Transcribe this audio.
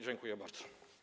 Dziękuję bardzo.